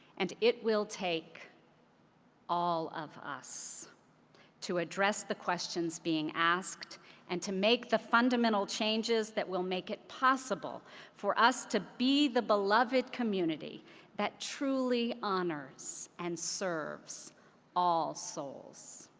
and it will take all of us to address the questions being asked and to make the fundamental changes that will make it possible for us to be the beloved community that truly honors and serves all souls.